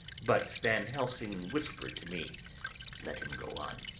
but van helsing whispered to me let him go on.